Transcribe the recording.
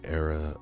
era